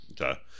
okay